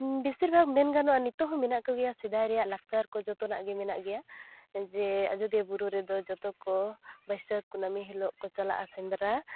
ᱵᱤᱥᱤᱨᱵᱷᱟᱜᱽ ᱢᱮᱱ ᱜᱟᱱᱚᱜᱼᱟ ᱱᱤᱛᱚᱜ ᱦᱚᱸ ᱢᱮᱱᱟᱜ ᱠᱚᱜᱮᱭᱟ ᱥᱮᱫᱟᱭ ᱨᱮᱭᱟᱜ ᱞᱟᱠᱪᱟᱨ ᱠᱚ ᱡᱚᱛᱚᱱᱟᱜ ᱜᱮ ᱢᱮᱱᱟᱜ ᱜᱮᱭᱟ ᱡᱮ ᱟᱡᱚᱫᱤᱭᱟᱹ ᱵᱩᱨᱩ ᱨᱮᱫᱚ ᱡᱚᱛᱚ ᱠᱚ ᱵᱟᱹᱭᱥᱟᱹᱠ ᱠᱩᱱᱟᱹᱢᱤ ᱦᱤᱞᱳᱜ ᱠᱚ ᱪᱟᱞᱟᱜᱼᱟ ᱥᱮᱸᱫᱽᱨᱟ